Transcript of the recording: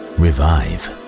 revive